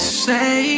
say